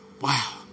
Wow